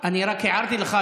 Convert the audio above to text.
אני רק הערתי לך,